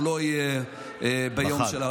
הוא לא יהיה, בחג.